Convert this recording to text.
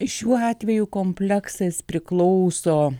šiuo atveju kompleksas priklauso